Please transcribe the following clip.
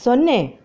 ಸೊನ್ನೆ